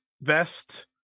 best